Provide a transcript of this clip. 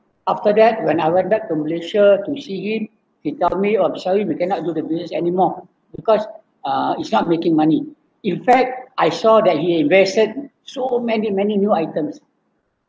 after that when I went back to malaysia to him he tell me oh savi we cannot do the business anymore because uh it's not making money in fact I saw that he invested so many many new items